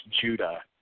Judah